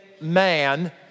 man